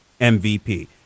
MVP